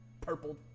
purple